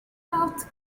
clouds